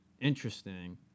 Interesting